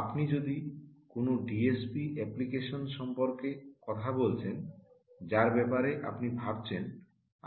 আপনি যদি কোনও ডিএসপি অ্যাপ্লিকেশন সম্পর্কে কথা বলছেন যার ব্যাপারে আপনি ভাবছেন